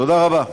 תודה רבה.